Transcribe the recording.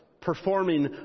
performing